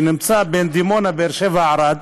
שנמצא בין דימונה, באר שבע וערד,